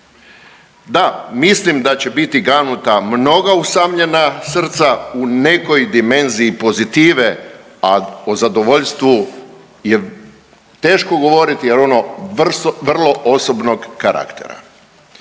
Da, mislim da će biti ganuta mnoga usamljena srca u nekoj dimenziji pozitive, a o zadovoljstvu je teško govoriti jer je ono vrlo osobnog karaktera.